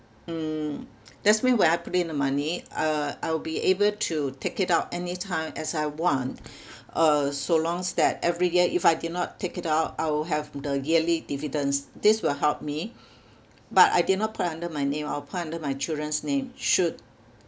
mm that's mean when I put in the money uh I will be able to take it out anytime as I want uh so longs that every year if I did not take it out I'll have the yearly dividends this will help me but I did not put under my name I'll put under my children's name should